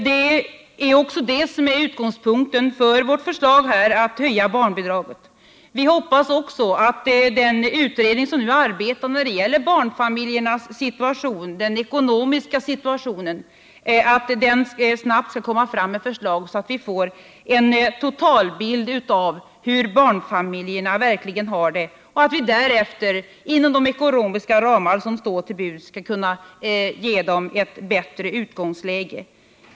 Det är också det som är utgångspunkten för vårt förslag att höja barnbidragen. Vi hoppas också att den utredning som nu arbetar när det gäller barnfamiljernas ekonomiska situation snabbt skall lägga fram förslag, så att vi får en totalbild av hur barnfamiljerna verkligen har det, och att vi därefter, inom de ekonomiska ramar som står till buds, skall kunna ge dem ett bättre utgångsläge.